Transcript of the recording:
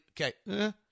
Okay